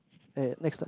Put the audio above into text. eh next lah